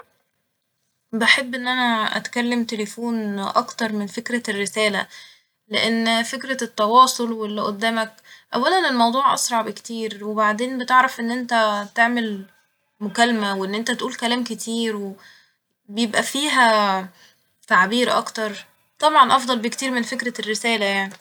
بحب ان انا اتكلم تليفون اكتر من فكرة الرسالة لان فكرة التواصل واللي قدامك ، اولا الموضوع اسرع بكتير وبعدين بتعرف ان انت تعمل مكالمة و ان انت تقول كلام كتيرو بيبقى فيها تعبير اكتر ، طبعا افضل بكتير من فكرة الرسالة يعني